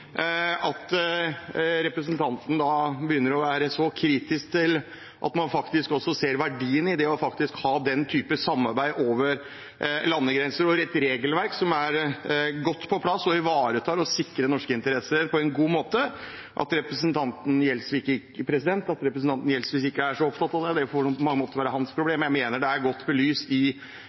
kritisk til at man faktisk ser verdien av å ha den typen samarbeid over landegrenser og et regelverk som er godt på plass og ivaretar og sikrer norske interesser på en god måte. At representanten Gjelsvik ikke er så opptatt av det, får være hans problem. Jeg mener det er godt belyst i